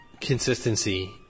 consistency